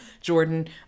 jordan